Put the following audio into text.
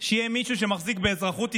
שיהיה מישהו שמחזיק באזרחות ישראלית,